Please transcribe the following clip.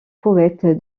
poète